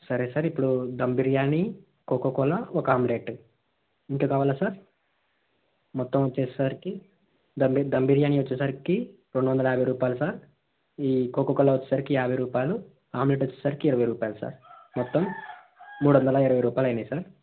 సరే సార్ ఇప్పుడు ధమ్ బిర్యానీ కోకాకోలా ఒక ఆమ్లెట్ ఇంకా కావాలా సార్ మొత్తం వచ్చేసరికి ధమ్ ధమ్ బిర్యానీ వచ్చేసరికి రెండు వందల యాభై రూపాయలు సార్ ఈ కోకోకోలా వచ్చేసరికి యాభై రూపాయలు ఆమ్లెట్ వచ్చేసరికి ఇరవై రూపాయలు సార్ మొత్తం మూడు వందల ఇరవై రూపాయలు అయినాయి సార్